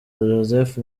joseph